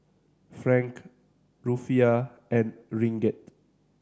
Franc Rufiyaa and Ringgit